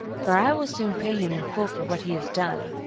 for i will soon pay him in full for what he has done.